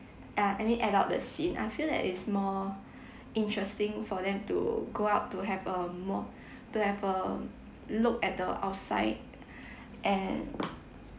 ah I mean act out the scene I feel that it's more interesting for them to go out to have a more to have a look at the outside and